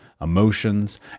emotions